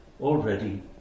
already